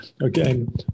Again